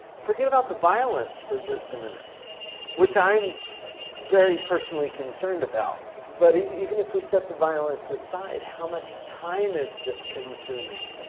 forget about the violence for just a minute which i'm very personally concerned about. but even if we set the violence aside, how much time is this consuming?